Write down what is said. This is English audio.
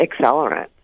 accelerant